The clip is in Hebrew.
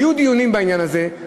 היו דיונים בעניין הזה.